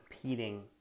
competing